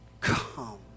Come